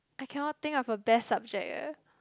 I cannot think of a best subject eh